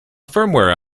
firmware